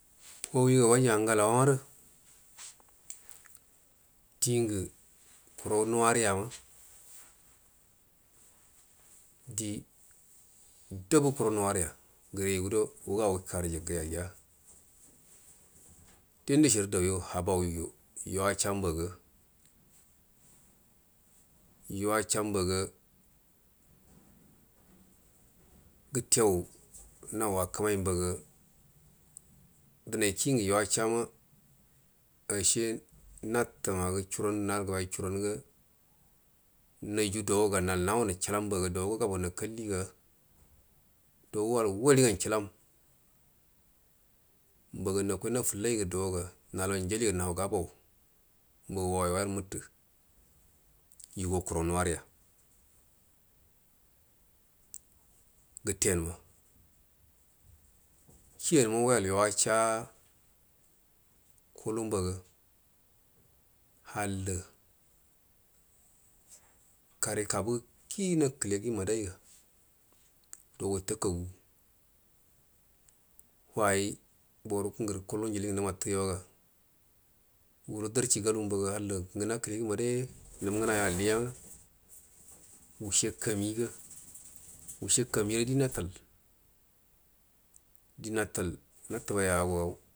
Wawiga waji angalawa marə dingə kurau nuwarugama di dabu kirau nuwaruya gəre yugudo waga wufaru jikəya ngiya dində shi rə dauyu habau yu-yuwasha mbaga yuwasha mbaga gətteu nau akəmai mbaga udənai ki ngə yawachama ashe natumagu shoran narəgəbai churanga naju doga mal naunnu chijan haga dogo gabau nakalliga do wall warigau chilm mbaga nakoi nafullaigga doga nalau njoliga na gabau mbaga wawai wanə wuttu yugo kurau nuwaruya gətten ma kiyan mago yal yuwashia kulu mbaga hallə kare kabugu kii nakəlegi mbədaiga do wutakagu wai boru nguru kulu njili ngə nmatu yoga wulu darchi garu mbaga hallə ngu makəlegi mbudaya num ngənayo alliyanga wushe kamiga wushe kaurire di nato di natal natubaya ago.